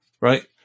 right